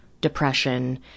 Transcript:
depression